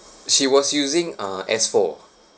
she was using uh S four